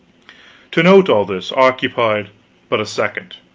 to note all this, occupied but a second.